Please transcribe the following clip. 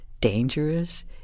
dangerous